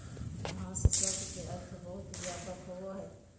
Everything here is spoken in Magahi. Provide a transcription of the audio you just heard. घास शब्द के अर्थ बहुत व्यापक होबो हइ